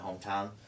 hometown